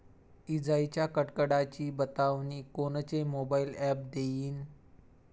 इजाइच्या कडकडाटाची बतावनी कोनचे मोबाईल ॲप देईन?